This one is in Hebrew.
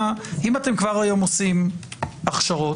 אם אתם כבר היום עושים הכשרות,